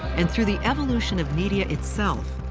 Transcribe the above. and through the evolution of media itself.